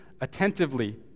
attentively